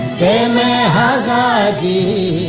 da da da